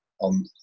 on